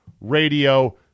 Radio